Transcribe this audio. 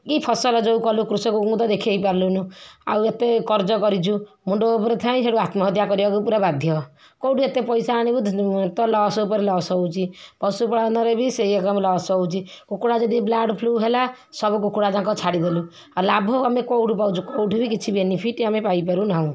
କି ଫସଲ ଯୋଉ କଲୁ କୃଷକକୁ ତ ଦେଖେଇ ପାରିଲୁନୁ ଆଉ ଏତେ କରଜ କରିଛୁ ମୁଣ୍ଡ ଉପରେ ଥାଏ ସେଠୁ ଆତ୍ମହତ୍ୟା କରିବାକୁ ପୁରା ବାଧ୍ୟ କୋଉଠୁ ଏତେ ପଇସା ଆଣିବୁ ତ ଲସ୍ ଉପରେ ଲସ୍ ହେଉଛି ପଶୁପାଳନରେ ବି ସେଇ ଲସ୍ ହେଉଛି କୁକୁଡ଼ା ଯଦି ବାର୍ଡ଼ ଫ୍ଲୁ ହେଲା ସବୁ କୁକୁଡ଼ା ଯାକ ଛାଡ଼ିଦେଲୁ ଆଉ ଲାଭ ଆମେ କୋଉଠୁ ପାଉଛୁ କୋଉଠି ବି କିଛି ବେନିଫିଟ୍ ଆମେ ପାଇପାରୁ ନାହୁଁ